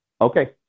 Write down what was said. Okay